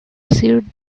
perceived